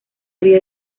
había